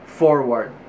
forward